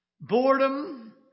Boredom